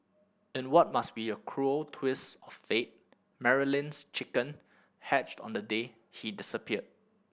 in what must be a cruel twist of fate Marilyn's chick hatched on the day he disappeared